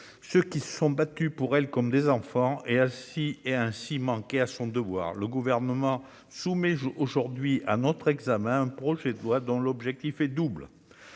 ceux qui se sont battus pour elle comme ses enfants. Ainsi a-t-elle manqué à son devoir. Le Gouvernement soumet aujourd'hui à notre examen un projet de loi dont l'objet est double.